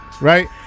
Right